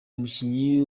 umukinnyi